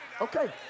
Okay